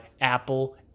apple